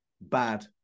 bad